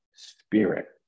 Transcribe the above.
spirit